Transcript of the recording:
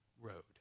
road